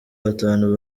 batanu